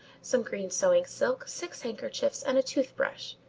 some green sewing silk, six handkerchiefs, and a tooth-brush,